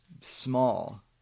small